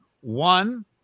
one